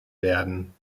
werden